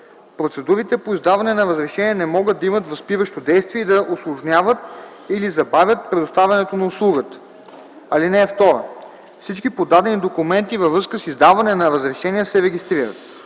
Процедурите по издаване на разрешения не могат да имат възпиращо действие и да усложняват или забавят предоставянето на услугата. (2) Всички подадени документи във връзка с издаване на разрешения се регистрират.